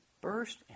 burst